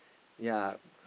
ya